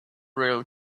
rail